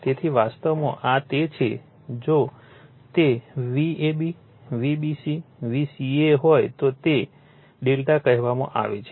તેથી વાસ્તવમાં આ તે જ છે જો તે Vab Vbc Vca હોય તો તે Δ કહેવામાં આવે છે